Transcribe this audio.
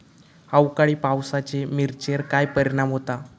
अवकाळी पावसाचे मिरचेर काय परिणाम होता?